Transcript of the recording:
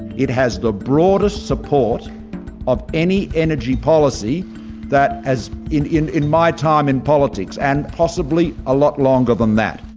it has the broadest support of any energy policy that has in in in my time in politics and possibly a lot longer than that.